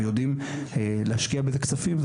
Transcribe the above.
ויודעים להשקיע בזה כספים,